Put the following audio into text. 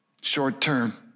short-term